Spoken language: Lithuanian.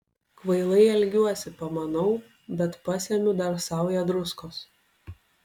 kvailai elgiuosi pamanau bet pasemiu dar saują druskos